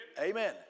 Amen